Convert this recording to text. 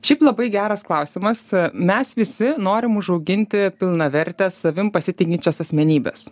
šiaip labai geras klausimas mes visi norime užauginti pilnavertes savimi pasitikinčias asmenybes